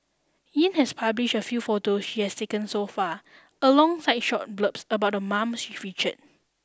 Yin has publish a few photo she has taken so far alongside short blurbs about the moms she featured